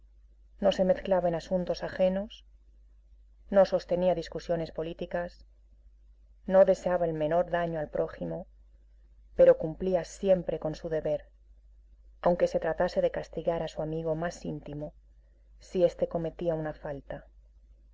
no se mezclaba en asuntos ajenos no sostenía discusiones políticas no deseaba el menor daño al prójimo pero cumplía siempre con su deber aunque se tratase de castigar a su amigo más íntimo si este cometía una falta